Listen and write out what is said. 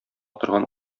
торган